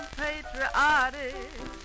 patriotic